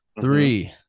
Three